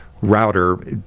router